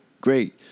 Great